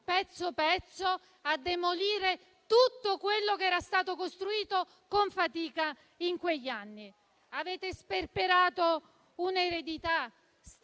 cominciato a demolire tutto quello che era stato costruito con fatica in quegli anni. Avete sperperato un'eredità e state